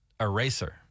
eraser